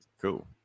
Cool